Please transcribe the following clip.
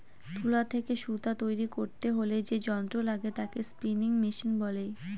তুলা থেকে সুতা তৈরী করতে হলে যে যন্ত্র লাগে তাকে স্পিনিং মেশিন বলে